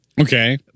Okay